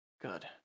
Good